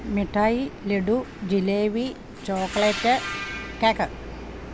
മിഠായി laddu jalebi chocolate cake